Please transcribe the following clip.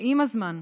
שעם הזמן,